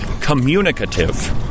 Communicative